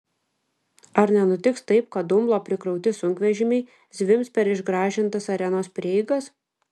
ar nenutiks taip kad dumblo prikrauti sunkvežimiai zvimbs per išgražintas arenos prieigas